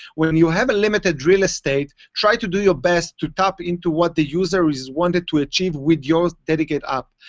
where and you have a limited real estate, try to do your best to tap into what the user is wanting to achieve with your dedicated app.